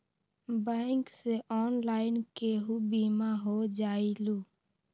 Bank से online केहु बिमा हो जाईलु?